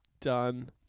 Done